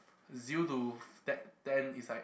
zero to f~ ten ten is like